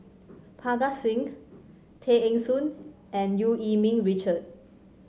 Parga Singh Tay Eng Soon and Eu Yee Ming Richard